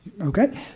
okay